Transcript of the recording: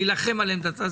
להילחם על עמדתה,